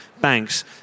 banks